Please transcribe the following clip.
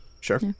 Sure